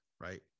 Right